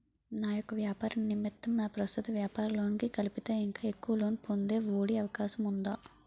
నా యెక్క వ్యాపార నిమిత్తం నా ప్రస్తుత వ్యాపార లోన్ కి కలిపి ఇంకా ఎక్కువ లోన్ పొందే ఒ.డి అవకాశం ఉందా?